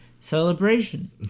celebration